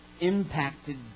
impacted